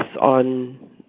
on